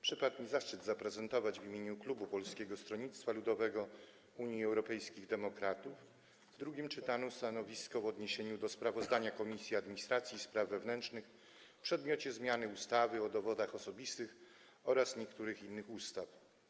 Przypadł mi zaszczyt zaprezentowania w imieniu klubu Polskiego Stronnictwa Ludowego - Unii Europejskich Demokratów w drugim czytaniu stanowiska w odniesieniu do sprawozdania Komisji Administracji i Spraw Wewnętrznych w przedmiocie zmiany ustawy o dowodach osobistych oraz niektórych innych ustaw.